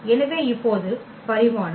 எனவே இப்போது பரிமாணம்